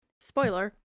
spoiler